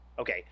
Okay